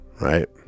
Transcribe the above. right